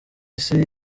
isi